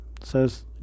says